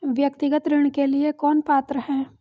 व्यक्तिगत ऋण के लिए कौन पात्र है?